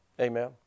amen